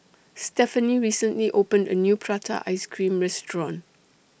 Stephany recently opened A New Prata Ice Cream Restaurant